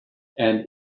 and